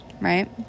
right